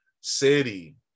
City